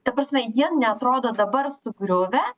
ta prasme jie neatrodo dabar sugriuvę